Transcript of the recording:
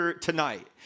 tonight